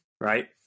Right